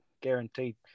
Guaranteed